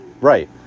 Right